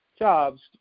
jobs